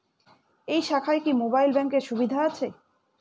এই শাখায় কি মোবাইল ব্যাঙ্কের সুবিধা আছে?